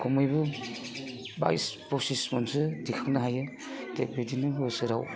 खमैबो बाइ फसिस मनसो थिखांनो हायो बिदिनो बोसोराव